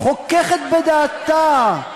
חוכך בדעתו.